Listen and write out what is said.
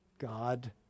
God